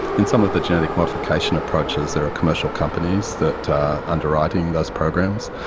in some of the genetic modification approaches, there are commercial companies that are underwriting those programs,